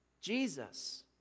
Jesus